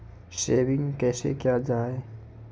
Saving कैसै किया जाय?